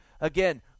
Again